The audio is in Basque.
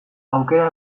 aukera